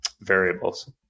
variables